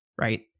Right